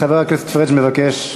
חבר הכנסת פריג' מבקש להשיב.